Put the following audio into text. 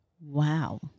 Wow